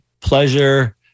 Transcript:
pleasure